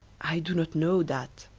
i doe not know dat